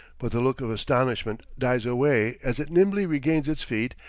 but the look of astonishment dies away as it nimbly regains its feet,